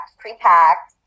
pre-packed